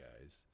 guys